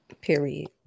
Period